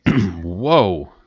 Whoa